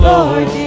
Lord